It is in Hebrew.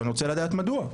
אני רוצה לדעת מדוע.